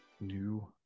new